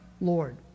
Lord